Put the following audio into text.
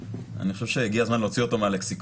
אני חושב שהגיע הזמן להוציא אותו מהלקסיקון,